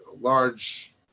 large